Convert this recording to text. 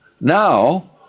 now